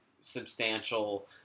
substantial